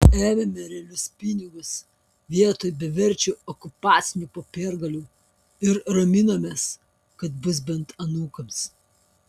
ėmėme realius pinigus vietoj beverčių okupacinių popiergalių ir raminomės kad bus bent anūkams